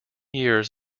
years